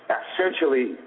essentially